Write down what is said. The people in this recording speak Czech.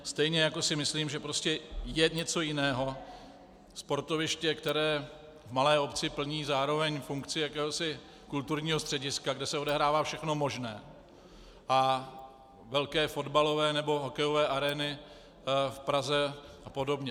Stejně jako si myslím, že je něco jiného sportoviště, které v malé obci plní zároveň funkci jakéhosi kulturního střediska, kde se odehrává všechno možné, a velké fotbalové nebo hokejové arény v Praze a podobně.